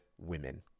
women